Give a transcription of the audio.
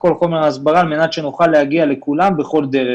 כל חומר ההסברה על מנת שנוכל להגיע לכולם בכל דרך.